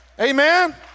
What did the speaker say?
amen